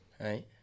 Right